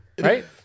right